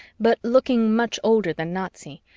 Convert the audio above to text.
but looking much older than nazi,